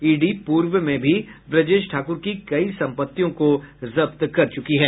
ED पूर्व में भी ब्रजेश ठाकुर की कई संपत्तियों को जब्त कर चुका है